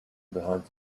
behind